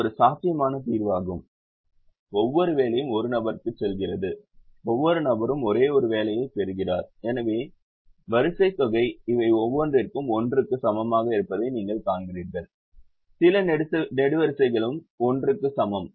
இது ஒரு சாத்தியமான தீர்வாகும் ஒவ்வொரு வேலையும் ஒரு நபருக்குச் செல்கிறது ஒவ்வொரு நபரும் ஒரே ஒரு வேலையைப் பெறுகிறார் எனவே வரிசைத் தொகை இவை ஒவ்வொன்றிற்கும் 1 க்கு சமமாக இருப்பதை நீங்கள் காண்கிறீர்கள் சில நெடுவரிசைகளும் 1 க்கு சமம்